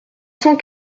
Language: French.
cent